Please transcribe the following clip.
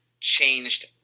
changed